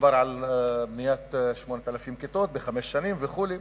מדובר על בניית 8,000 כיתות בחמש שנים וכו'.